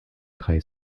drei